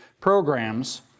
programs